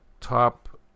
Top